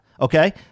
Okay